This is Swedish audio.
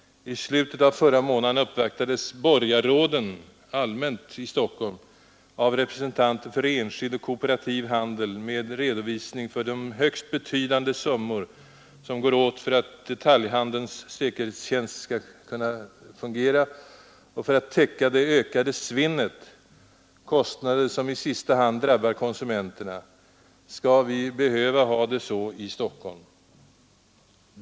I slutet av förra månaden uppvaktades borgarråden i Stockholm av representanter för enskild och kooperativ handel med en redovisning för de högst betydande summor som går åt för att detaljhandelns säkerhetstjänst skall kunna fungera och för att täcka det ökade svinnet, kostnader som i sista hand drabbar konsumenterna. Skall vi behöva ha det så i Stockholm?